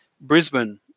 Brisbane